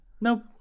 No